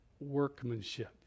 workmanship